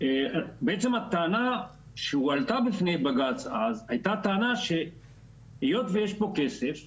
בעצם הטענה שהועלתה בפני בג"צ אז היתה טענה שהיות ויש פה כסף,